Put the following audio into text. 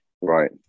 Right